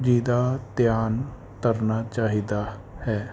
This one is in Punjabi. ਜੀ ਦਾ ਧਿਆਨ ਧਰਨਾ ਚਾਹੀਦਾ ਹੈ